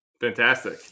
Fantastic